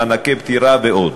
מענקי פטירה ועוד.